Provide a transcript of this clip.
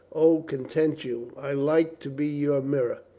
o, content you. i like to be your mirror.